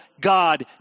God